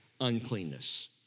uncleanness